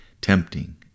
tempting